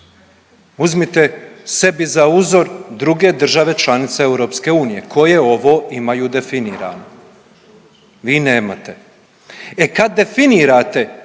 Uzmite sebi za uzor druge države članice EU koje ovo imaju definirano. Vi nemate. E kad definirate